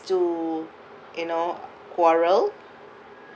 to you know quarrel